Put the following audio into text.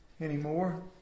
Anymore